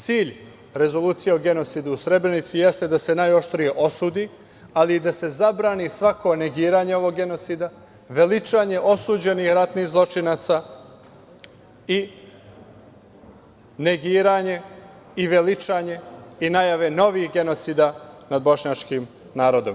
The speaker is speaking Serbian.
Cilj rezolucije o genocidu u Srebrenici jeste da se najoštrije osudi, ali i da se zabrani svako negiranje ovog genocida, veličanje osuđenih ratnih zločinaca i negiranje i veličanje i najave novih genocida nad bošnjačkim narodnom.